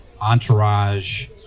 entourage